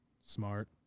Smart